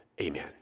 Amen